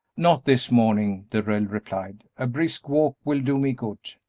not this morning, darrell replied a brisk walk will do me good.